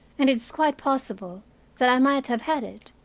and it is quite possible that i might have had it,